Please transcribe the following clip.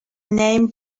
name